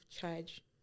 charge